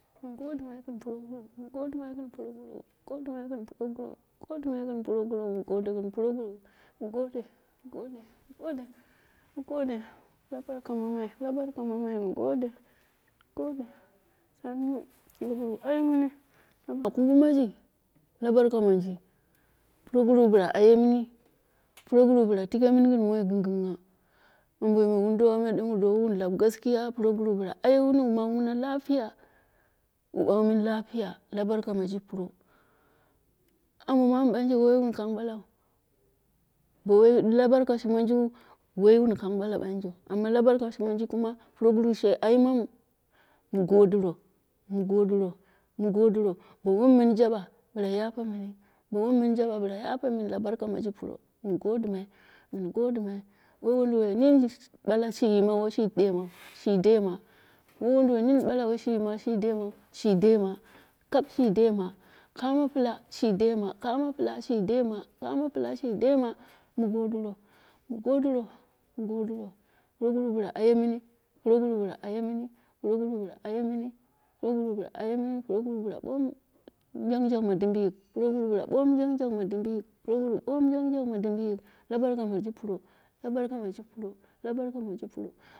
Min godimai gɨn proguru, min godimai gɨn proguru, godimai gɨn proguru, godimai gɨn proguru, mu gode, mu gode, mu gode, mu gode, la barka mamai, la barka mamai, mu gode, mu gode, sannu, proguru aye miini. Au tupmaji la barka munji, proguru bila ayemini, proguru bila tike mini gin won gɨngɨngha wom minmai ma gaskiya proguru bila ayemini, wu bagh mini lapiya la barka miji puro. Ambo mamu banje wai wun kang balau, bo wai albarkaci monjiu wowun kaa bala banjeu, amma la barkaci manji, dim proguru aimanu, mu godiro, mu godiro, mu godiro, bo wom mun jaba bila yape mini wom min jaba bila yape mini la barka maji pro mun godimai, wai wunduwoi nini bala shi nini washi deemeiu wai wunduwai mini washi demai kap shi dema, ko kano pɨla shi dema, ko kamo pɨla shi dema, ko kamo pɨla shi dema mu godiro, mu godiro, mu godiro, proguru aye mini, proguru bila ayemini proguru bila ayemini, proguru bnila ayemini, proguru bila bomu jang jang ma dimbiyik, proguru bila bomu jang jang ma dimbiyik, proguru bomu jang jang ma dimbiyil, la barka ma ji pro, la barka maji, pro la barka maji pro.